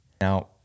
Now